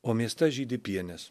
o mieste žydi pienės